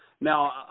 now